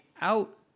out